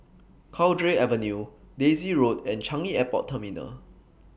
Cowdray Avenue Daisy Road and Changi Airport Terminal